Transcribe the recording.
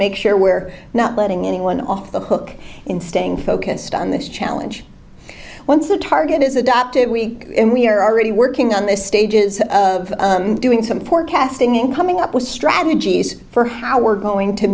make sure we're not letting anyone off the hook in staying focused on this challenge once a target is adopted we we're already working on the stages of doing some forecasting in coming up with strategies for how we're going to